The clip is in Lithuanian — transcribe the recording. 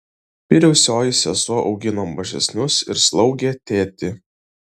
vyriausioji sesuo augino mažesnius ir slaugė tėtį